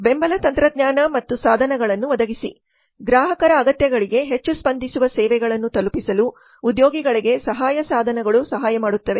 ಬೆಂಬಲ ತಂತ್ರಜ್ಞಾನ ಮತ್ತು ಸಾಧನಗಳನ್ನು ಒದಗಿಸಿ ಗ್ರಾಹಕರ ಅಗತ್ಯಗಳಿಗೆ ಹೆಚ್ಚು ಸ್ಪಂದಿಸುವ ಸೇವೆಗಳನ್ನು ತಲುಪಿಸಲು ಉದ್ಯೋಗಿಗಳಿಗೆ ಸಹಾಯ ಸಾಧನಗಳು ಸಹಾಯ ಮಾಡುತ್ತವೆ